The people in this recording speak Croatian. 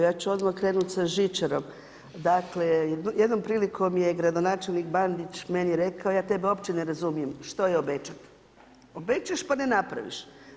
Ja ču krenuti sa žičarom, dakle jednom prilikom je gradonačelnik Bandić meni rekao, ja tebe uopće ne razumijem, što je obećam, obećaš, pa ne napraviš.